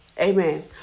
Amen